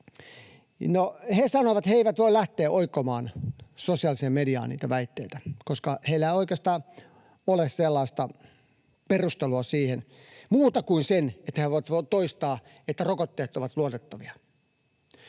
He sanoivat, että he eivät voi lähteä oikomaan sosiaaliseen mediaan niitä väitteitä, koska heillä ei oikeastaan ole sellaista perustelua siihen muuta kuin se, että he voivat toistaa, että rokotteet ovat luotettavia.